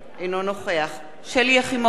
אינו נוכח שלי יחימוביץ,